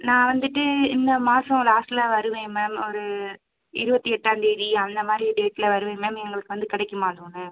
நான் வந்துவிட்டு இந்த மாசம் லாஸ்ட்டில் வருவேன் மேம் ஒரு இருபத்தி எட்டாம்தேதி அந்தமாதிரி டேட்டில் வருவேன் மேம் எங்களுக்கு வந்து கிடைக்குமா லோன்னு